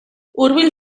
hurbil